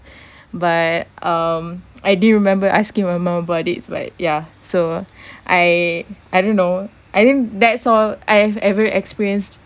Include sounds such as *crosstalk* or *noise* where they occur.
but um I didn't remember asking my mum about it but yeah so *breath* I I don't know I think that's all I have ever experienced